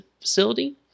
Facility